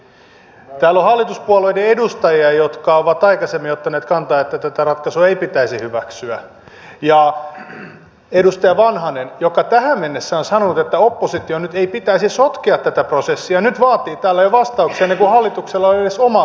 täällä on hallituspuolueiden edustajia jotka ovat aikaisemmin ottaneet kantaa että tätä ratkaisua ei pitäisi hyväksyä ja edustaja vanhanen joka tähän mennessä on sanonut että opposition ei nyt pitäisi sotkea tätä prosessia nyt vaatii täällä jo vastauksia ennen kuin hallituksella on edes omaa kantaa olemassa